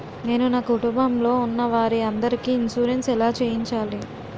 నేను నా కుటుంబం లొ ఉన్న వారి అందరికి ఇన్సురెన్స్ ఎలా చేయించాలి?